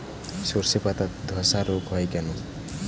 শর্ষের পাতাধসা রোগ হয় কেন?